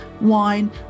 wine